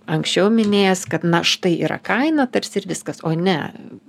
anksčiau minėjęs kad na štai yra kaina tarsi ir viskas o ne